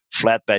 flatbed